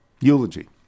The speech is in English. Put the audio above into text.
eulogy